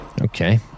Okay